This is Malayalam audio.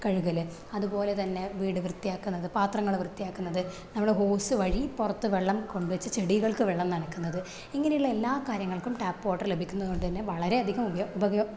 കഴുകൽ അതുപോലെ തന്നെ വീട് വൃത്തിയാക്കുന്നത് പാത്രങ്ങൾ വൃത്തിയാക്കുന്നത് നമ്മൾ ഹോസ് വഴി പുറത്ത് വെള്ളം കൊണ്ട് വച്ച് ചെടികള്ക്ക് വെള്ളം നനക്കുന്നത് ഇങ്ങനെയുള്ള എല്ലാ കാര്യങ്ങള്ക്കും ടാപ്പ് വാട്ടര് ലഭിക്കുന്നത് കൊണ്ടന്നെ വളരെയധികം ഉപയോഗം ഉപയോഗം